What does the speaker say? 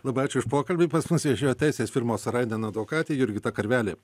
labai ačiū už pokalbį pas mus viešėjo teisės firmos sorainen advokatė jurgita karvelė